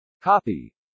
Copy